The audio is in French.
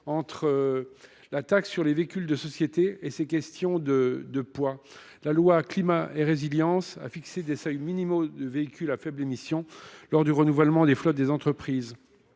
la taxe sur les véhicules de société et ces questions de poids. La loi Climat et résilience a fixé des seuils minimaux de véhicules à faibles émissions lors du renouvellement des flottes des entreprises.